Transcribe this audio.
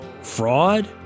Fraud